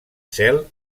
cel